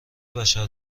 بشر